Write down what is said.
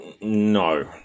No